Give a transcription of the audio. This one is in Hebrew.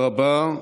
תודה רבה.